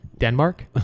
denmark